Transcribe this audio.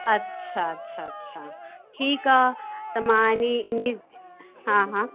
अच्छा अच्छा अच्छा ठीकु आहे त मां इन्हीअ इन्हीअ हा हा